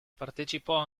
partecipò